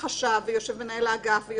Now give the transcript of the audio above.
החשב, מנהל האגף.